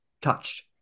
touched